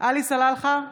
עלי סלאלחה,